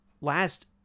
last